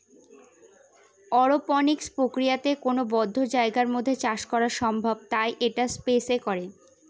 অরপনিক্স প্রক্রিয়াতে কোনো বদ্ধ জায়গার মধ্যে চাষ করা সম্ভব তাই এটা স্পেস এ করে